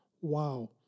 Wow